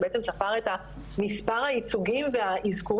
זה בעצם ספר את המספר הייצוגי והאזכורים